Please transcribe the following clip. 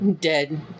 dead